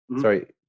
Sorry